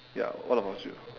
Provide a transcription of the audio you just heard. ya what about you